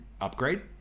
upgrade